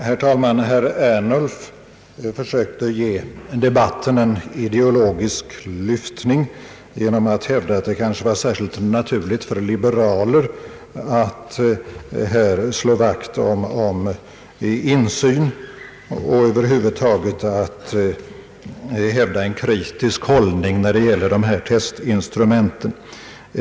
Herr talman! Herr Ernulf försökte ge debatten en ideologisk lyftning genom att hävda att det kanske var särskilt naturligt för liberaler att här slå vakt om insyn och över huvud taget att hävda en kritisk hållning när det gäller dessa testinstrument.